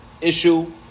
issue